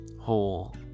whole